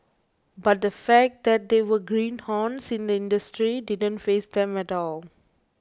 but the fact that they were greenhorns in the industry didn't faze them at all